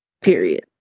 period